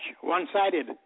one-sided